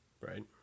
Right